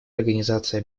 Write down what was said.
организации